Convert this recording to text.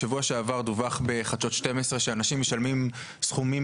בשבוע שעבר דווח בחדשות 12 שאנשים משלמים סכומים